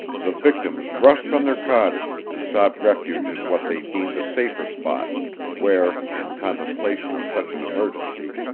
the victims rushed from their cottage, and sought refuge in what they deemed a safer spot where, in contemplation of such an emergency,